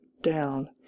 down